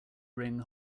ring